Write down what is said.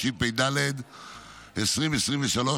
התשפ"ד 2024,